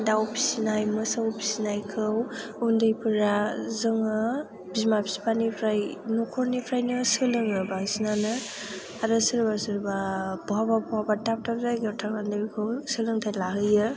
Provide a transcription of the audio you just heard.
दाउ फिसिनाय मोसौ फिसिनायखौ उन्दैफोरा जोङो बिमा बिफानिफ्राय न'खरनिफ्रायनो सोलोङो बांसिनानो आरो सोरबा सोरबा बहाबा बहाबा दाब दाब जायगायाव थांनानै बेखौ सोलोंथाइ लाहैयो